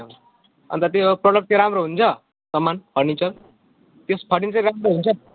अन्त त्यो प्रडक्ट चाहिँ राम्रो हुन्छ सामान फर्निचर त्यस फर्निचर राम्रो हुन्छ